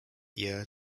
year